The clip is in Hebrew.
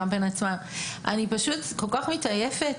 אני פשוט כל כך מתעייפת.